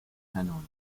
canonica